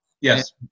Yes